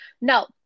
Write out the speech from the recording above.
Now